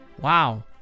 wow